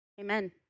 Amen